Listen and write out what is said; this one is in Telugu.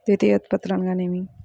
ద్వితీయ ఉత్పత్తులు అనగా నేమి?